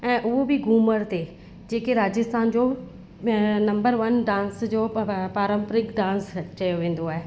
ऐं उहे बि घुमर ते जेके राजस्थान जो अ नंबर वन डांस जो पारंपरिक डांस चयो वेंदो आहे